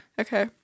Okay